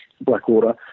Blackwater